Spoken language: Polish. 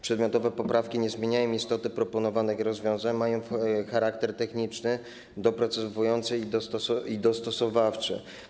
Przedmiotowe poprawki nie zmieniają istoty proponowanych rozwiązań, mają charakter techniczny, doprecyzowujący i dostosowawczy.